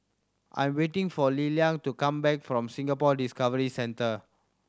I am waiting for Lillian to come back from Singapore Discovery Centre